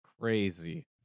crazy